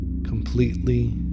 completely